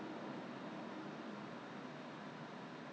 一个一个一个 salesperson bought one toner